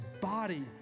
body